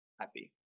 happy